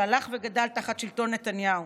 שהלך וגדל תחת שלטון נתניהו.